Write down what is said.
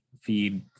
feed